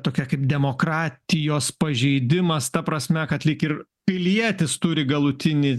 tokia kaip demokratijos pažeidimas ta prasme kad lyg ir pilietis turi galutinį